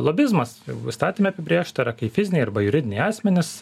lobizmas įstatyme apibrėžta yra kai fiziniai arba juridiniai asmenys